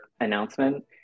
announcement